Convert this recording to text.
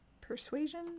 Persuasion